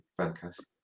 fancast